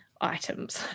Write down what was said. items